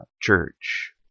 church